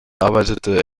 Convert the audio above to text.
arbeitete